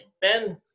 Ben